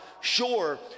sure